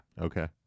Okay